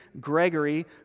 Gregory